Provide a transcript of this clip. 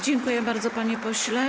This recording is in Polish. Dziękuję bardzo, panie pośle.